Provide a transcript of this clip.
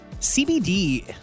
CBD